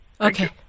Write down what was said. Okay